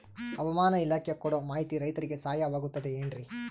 ಹವಮಾನ ಇಲಾಖೆ ಕೊಡುವ ಮಾಹಿತಿ ರೈತರಿಗೆ ಸಹಾಯವಾಗುತ್ತದೆ ಏನ್ರಿ?